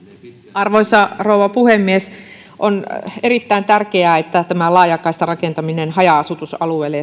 arvoisa rouva puhemies on erittäin tärkeää että laajakaistarakentaminen haja asutusalueille